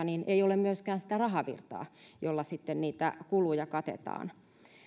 niin ei ole myöskään sitä rahavirtaa jolla sitten niitä kuluja katetaan